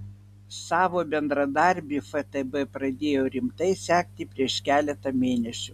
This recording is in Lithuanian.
savo bendradarbį ftb pradėjo rimtai sekti prieš keletą mėnesių